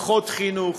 פחות חינוך,